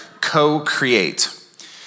Co-Create